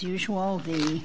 usual the